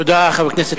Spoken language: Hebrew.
תודה, חבר הכנסת זאב.